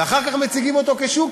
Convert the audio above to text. ואחר כך מציגות אותו כ"שוקה"